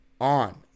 on